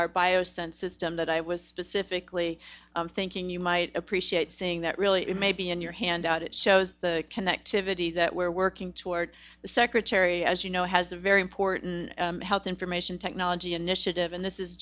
and system that i was specifically thinking you might appreciate seeing that really maybe in your hand out it shows the connectivity that we're working toward the secretary as you know has a very important health information technology initiative and this is